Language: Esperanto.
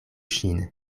ŝin